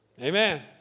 Amen